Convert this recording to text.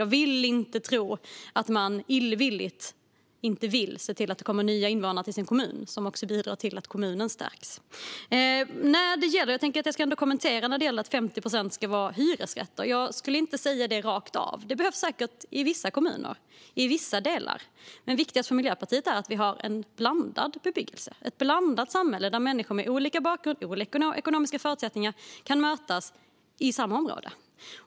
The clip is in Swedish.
Jag vill inte tro att de av illvilja inte vill se till det kommer nya invånare till kommunen - invånare som också bidrar till att kommunen stärks. Jag ska kommentera detta att 50 procent ska vara hyresrätter. Jag skulle inte säga det rakt av. Det behövs säkert i vissa kommuner, i vissa delar. Men viktigast för Miljöpartiet är att vi har en blandad bebyggelse, ett blandat samhälle, där människor med olika bakgrund och olika ekonomiska förutsättningar kan mötas i samma område.